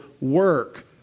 work